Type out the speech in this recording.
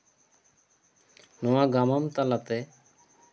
ᱱᱚᱣᱟ ᱜᱟᱢᱟᱢ ᱛᱟᱞᱟᱛᱮ